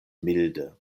milde